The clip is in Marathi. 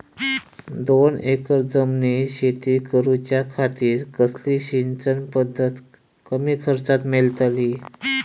दोन एकर जमिनीत शेती करूच्या खातीर कसली सिंचन पध्दत कमी खर्चात मेलतली?